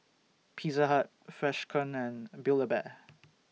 Pizza Hut Freshkon and Build A Bear